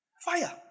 Fire